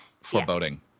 foreboding